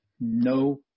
no –